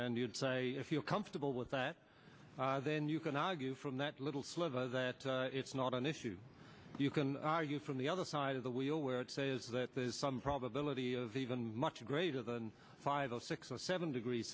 and you'd say if you're comfortable with that then you can argue from that little sliver that it's not an issue you can argue from the other side of the wheel where it says that there is some probability of even much greater than five or six or seven degrees